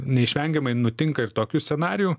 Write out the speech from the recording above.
neišvengiamai nutinka ir tokių scenarijų